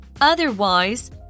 Otherwise